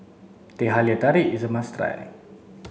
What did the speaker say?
Teh Halia Tarik is a must